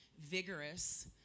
vigorous